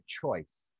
choice